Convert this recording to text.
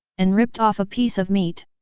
and ripped off a piece of meat.